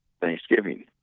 thanksgiving